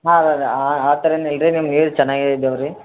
ಹಾಂ ಹಾಂ ಹಾಂ ಆ ಥರನೆ ಇದೆ ನಿಮ್ಗೆ ಹೇಳಿದ್ದು ಚೆನ್ನಾಗೆ ಇದಾವೆ ರೀ